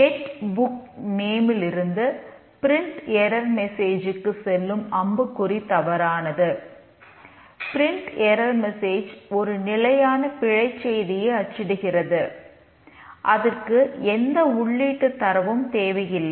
get book name ஒரு நிலையான பிழைச் செய்தியை அச்சிடுகிறது அதற்கு எந்த உள்ளீட்டுத் தரவும் தேவையில்லை